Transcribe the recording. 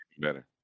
better